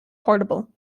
portable